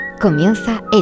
Comienza